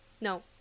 No